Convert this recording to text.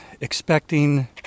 expecting